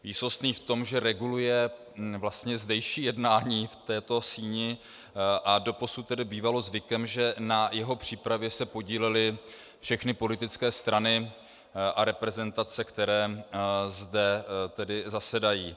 Výsostný v tom, že reguluje vlastně zdejší jednání v této síni, a doposud tedy bývalo zvykem, že se na jeho přípravě podílely všechny politické strany a reprezentace, které zde zasedají.